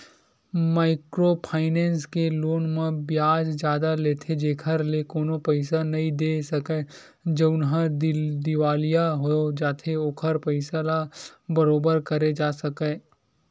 micro finance के loan म बियाज जादा लेथे जेखर ले कोनो पइसा नइ दे सकय जउनहा दिवालिया हो जाथे ओखर पइसा ल बरोबर करे जा सकय